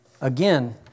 Again